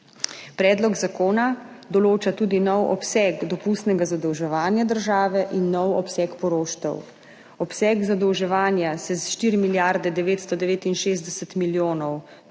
Predlog zakona določa tudi nov obseg dopustnega zadolževanja države in nov obseg poroštev. Obseg zadolževanja se 4 milijarde 969 milijonov